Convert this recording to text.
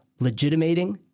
legitimating